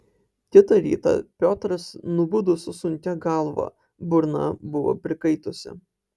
kitą rytą piotras nubudo su sunkia galva burna buvo prikaitusi